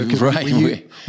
Right